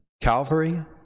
Calvary